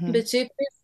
bet šiaip tais